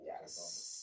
Yes